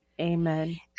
Amen